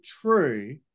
true